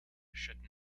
should